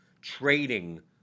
trading